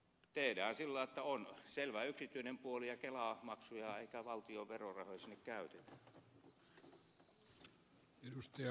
tehdään sillä lailla että on selvä yksityinen puoli eikä kelamaksuja eikä valtion verorahoja sinne käytetä